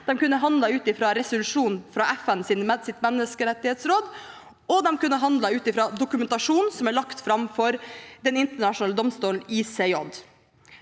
den kunne handlet ut fra resolusjonen fra FNs menneskerettighetsråd, og den kunne handlet ut fra dokumentasjonen som er lagt fram for Den internasjonale domstolen, ICJ.